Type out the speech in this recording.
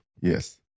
yes